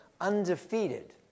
Undefeated